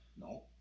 no